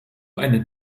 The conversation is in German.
eine